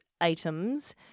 items